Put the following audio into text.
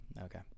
Okay